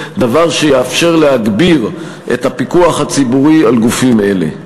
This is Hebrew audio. דבר שיאפשר להגביר את הפיקוח הציבורי על גופים אלה.